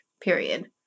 period